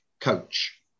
coach